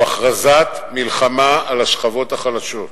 הוא הכרזת מלחמה על השכבות החלשות.